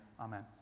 amen